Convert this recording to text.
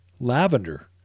Lavender